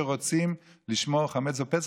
שרוצים לשמור חמץ בפסח,